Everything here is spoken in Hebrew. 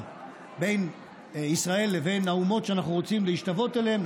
בין ישראל לבין האומות שאנחנו רוצים להשתוות אליהן,